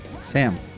Sam